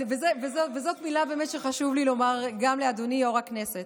וזאת באמת מילה שחשוב לי לומר גם לאדוני יו"ר הישיבה,